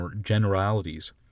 generalities